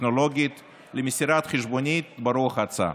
וטכנולוגית למסירת חשבונית ברוח ההצעה.